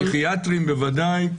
פסיכיאטרים, בוודאי.